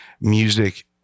music